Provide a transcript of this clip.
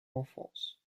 enfance